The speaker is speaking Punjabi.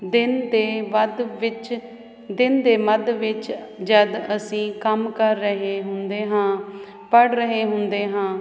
ਦਿਨ ਦੇ ਵੱਧ ਵਿੱਚ ਦਿਨ ਦੇ ਮਧ ਵਿੱਚ ਜਦ ਅਸੀਂ ਕੰਮ ਕਰ ਰਹੇ ਹੁੰਦੇ ਹਾਂ ਪੜ੍ ਰਹੇ ਹੁੰਦੇ ਹਾਂ ਜਾਂ ਕਿਸੇ ਸ਼ਾਇਰੀ ਕਿਰਿਆ ਵਿੱਚ